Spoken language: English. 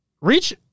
Reach